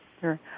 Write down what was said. sure